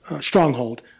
Stronghold